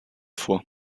vor